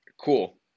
Cool